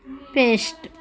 pastry